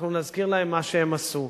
אנחנו נזכיר להם מה שהם עשו.